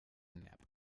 nap